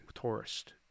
tourist